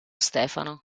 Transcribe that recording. stefano